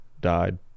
died